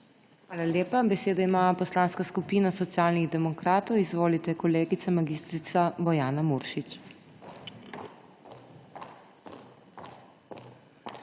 Hvala lepa. Besedo ima Poslanska skupina Socialnih demokratov. Izvolite, kolegica mag. Bojana Muršič.